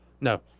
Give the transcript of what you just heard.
No